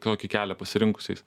tokį kelią pasirinkusiais